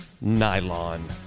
nylon